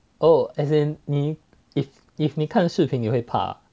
oh as in 你 if if 你看视频你会怕 ah